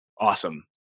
awesome